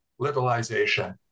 liberalization